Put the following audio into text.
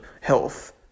health